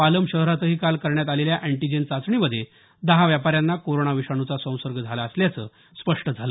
पालम शहरातही काल करण्यात आलेल्या अँटीजेन चाचणीमध्ये दहा व्यापाऱ्यांना कोरोना विषाणुचा संसर्ग झाला असल्याचं स्पष्ट झाल